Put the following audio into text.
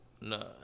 No